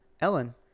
Ellen